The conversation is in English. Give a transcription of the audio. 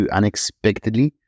unexpectedly